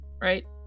right